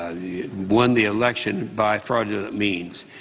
won the election by fraudulent means.